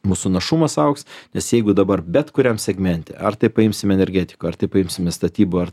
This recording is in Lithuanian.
mūsų našumas augs nes jeigu dabar bet kuriam segmente ar tai paimsim energetiką ar tai paimsime statybą ar